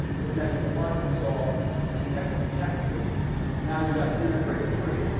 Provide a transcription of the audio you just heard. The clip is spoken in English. is next to arkansas and next to texas now, you've got to integrate three.